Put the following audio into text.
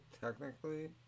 technically